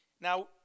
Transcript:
Now